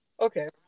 Okay